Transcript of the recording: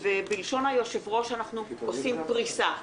ובלשון היושב-ראש אנחנו עושים פריסה.